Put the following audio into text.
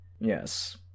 Yes